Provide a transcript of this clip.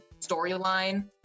storyline